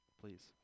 please